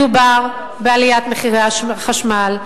מדובר בעליית מחירי החשמל,